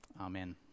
amen